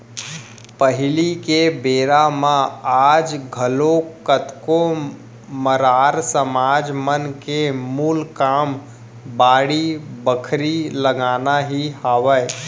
पहिली के बेरा म आज घलोक कतको मरार समाज मन के मूल काम बाड़ी बखरी लगाना ही हावय